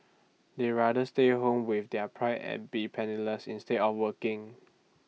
they rather stay at home with their pride and be penniless instead of working